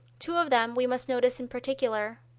two of them we must notice in particular,